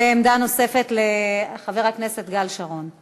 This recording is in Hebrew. עמדה נוספת לחבר הכנסת שרון גל.